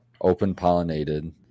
open-pollinated